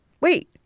Wait